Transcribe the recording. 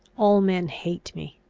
all men hate me.